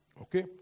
Okay